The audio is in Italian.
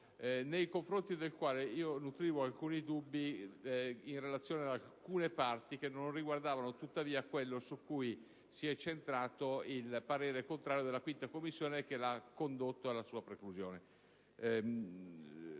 nei confronti del quale nutrivo alcuni dubbi in relazione ad alcune parti che non riguardavano, tuttavia, quello su cui si è incentrato il parere contrario della 5a Commissione e che ha condotto alla sua reiezione.